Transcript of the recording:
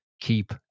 Keep